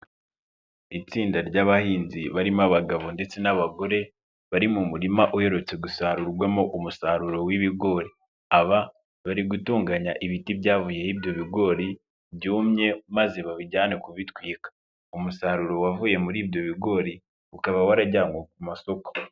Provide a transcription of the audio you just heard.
Itsinda ry'abahinzi barimo abagabo ndetse n'abagore, bari mu murima uherutse gusarurwamo umusaruro w'ibigori. Aba, bari gutunganya ibiti byavuyeho ibyo bigori, byumye maze babijyane kubitwika. Umusaruro wavuye muri ibyo bigori ukaba warajyanywe ku masoko.